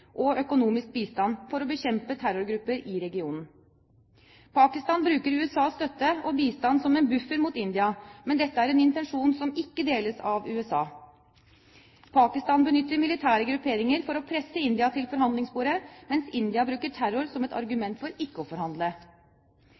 og økonomisk bistand for å bekjempe terrorgrupper i regionen. Pakistan bruker USAs støtte og bistand som en buffer mot India, men dette er en intensjon som ikke deles av USA. Pakistan benytter militære grupperinger for å presse India til forhandlingsbordet, mens India bruker terror som et argument for ikke å forhandle.